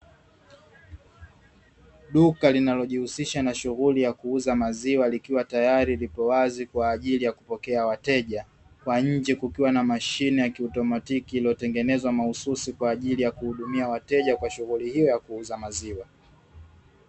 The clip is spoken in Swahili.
Duka linalojihusisha na shughuli ya kuuza maziwa likiwa tayari lipo wazi kwa ajili ya kupokea wateja, kwa nje kukiwa na mashine ya kiautomatiki iliyotengenezwa mahususi kwa ajili ya kuhudumia wateja kwa shughuli hiyo za maziwa.